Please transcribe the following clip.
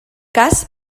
cas